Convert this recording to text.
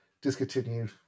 discontinued